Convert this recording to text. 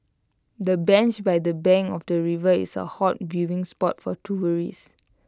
the bench by the bank of the river is A hot viewing spot for tourists